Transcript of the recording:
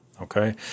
Okay